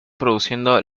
produciendo